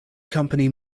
company